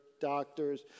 doctors